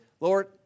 Lord